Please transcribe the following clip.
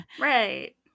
right